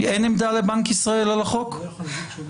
אין עמדה לבנק ישראל על החוק שנוגע